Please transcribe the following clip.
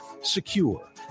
secure